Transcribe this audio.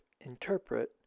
interpret